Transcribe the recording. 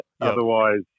otherwise